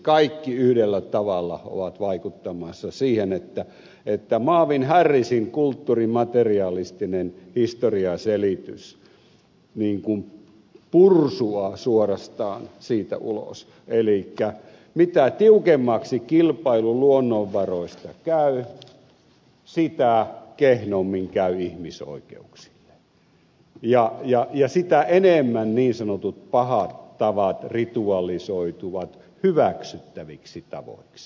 kaikki yhdellä tavalla ovat vaikuttamassa siihen että marvin harrisin kulttuurimaterialistinen historiaselitys pursuaa suorastaan siitä ulos elikkä mitä tiukemmaksi kilpailu luonnonvaroista käy sitä kehnommin käy ihmisoikeuksille ja sitä enemmän niin sanotut pahat tavat ritualisoituvat hyväksyttäviksi tavoiksi